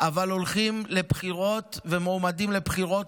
אבל הולכים לבחירות ומועמדים לבחירות.